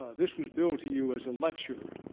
this was billed to you as a lecture,